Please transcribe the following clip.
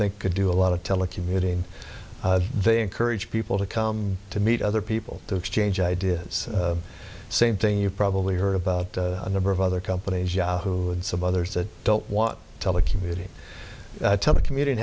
think could do a lot of telecommuting they encourage people to come to meet other people to exchange ideas same thing you probably heard about a number of other companies yahoo and some others that don't want telecommuting telecommuting